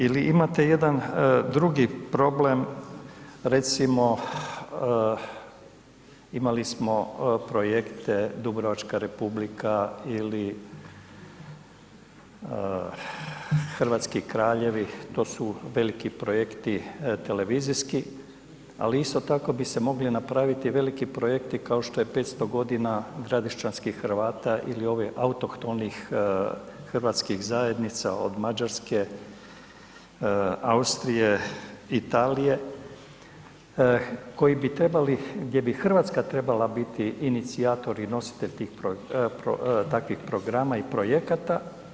Ili imate jedan drugi problem, recimo imali smo projekte Dubrovačka Republika, ili hrvatski kraljevi, to su veliki projekti televizijski, ali isto tako bi se mogli napraviti veliki projekti kao je 500 godina Gradišćanskih Hrvata ili ovi autohtonih hrvatskih zajednica od Mađarske, Austrije, Italije koji bi trebali, gdje bi Hrvatska trebala biti inicijator i nositelj tih, takvih programa i projekata.